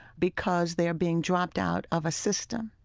because they're being dropped out of a system,